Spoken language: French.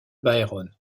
byron